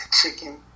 Chicken